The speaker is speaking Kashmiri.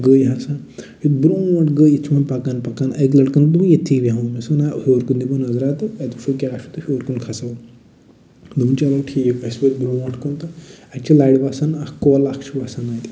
گٔے ہَسا ہے برٛونٛٹھ گٔے یہِ چھُ نہٕ پکان پکان أکۍ لٔڑکَن دوٚپ ییٚتتھٕے بیٚہمو مےٚ دوٚپُس ہےٚ نا ہیوٚر کُن دِمو نَظرا تہٕ اَتہِ وُچھو کیٛاہ چھُ تہٕ ہیوٚر کُن کھَسو دوٚپُن چلو ٹھیٖک أسۍ وٲتۍ برٛونٛٹھ کُن تہٕ اَتہِ چھِ لَرِ وَسان اَکھ کوٚل اَکھ چھِ وَسان اَتہِ